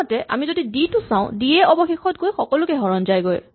আনহাতে আমি যদি ডি টো চাওঁ ডি য়ে অৱশেষত গৈ সকলোকে হৰণ যায়গৈ